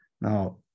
Now